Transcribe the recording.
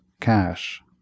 cash